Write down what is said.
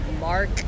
mark